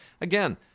again